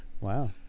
Wow